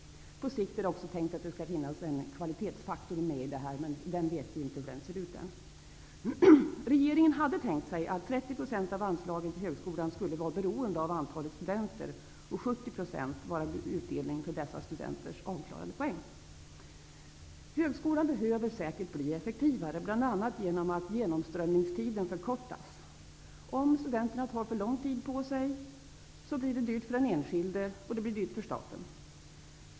På sikt är det också tänkt att det skall finnas en kvalitetsfaktor med i det här, men vi vet ännu inte hur den skall se ut. Regeringen hade tänkt sig att 30 % av anslagen till högskolan skulle vara beroende av antalet studenter och att 70 % skulle vara beroende av dessa studenters avklarade poäng. Högskolan behöver säkert bli effektivare, bl.a. genom att genomströmningstiderna förkortas. Om studenterna tar alltför lång tid på sig blir det både dyrt för den enskilde och för staten.